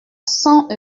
cent